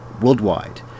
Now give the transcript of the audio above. worldwide